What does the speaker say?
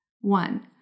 One